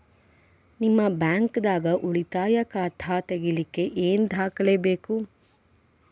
ನಿಮ್ಮ ಬ್ಯಾಂಕ್ ದಾಗ್ ಉಳಿತಾಯ ಖಾತಾ ತೆಗಿಲಿಕ್ಕೆ ಏನ್ ದಾಖಲೆ ಬೇಕು?